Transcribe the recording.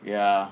ya